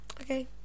Okay